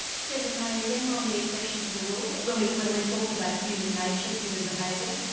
stephen mayne is enron the exception to the rule when we're when we're talking about human nature, human behaviour?